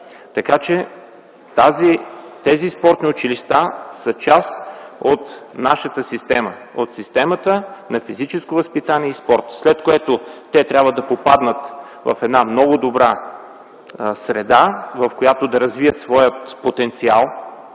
така че тези спортни училища са част от нашата система, от системата на физическо възпитание и спорт, след което те трябва да попаднат в една много добра среда, в която да развият своя потенциал,